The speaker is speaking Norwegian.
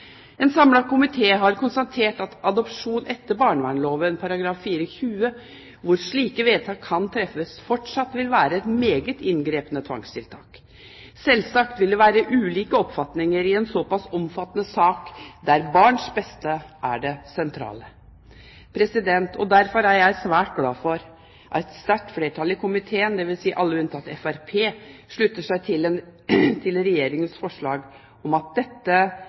En samlet komité har konstatert at adopsjon etter barnevernloven § 4-20 hvor slike vedtak kan treffes, fortsatt vil være et meget inngripende tvangstiltak. Selvsagt vil det være ulike oppfatninger i en såpass omfattende sak der barns beste er det sentrale. Derfor er jeg svært glad for at et sterkt flertall i komiteen, dvs. alle unntatt Fremskrittspartiet, slutter seg til Regjeringens forslag om at